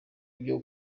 byo